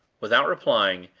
without replying,